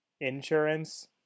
insurance